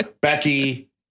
Becky